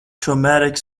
traumatic